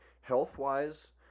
health-wise